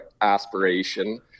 aspiration